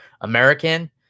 American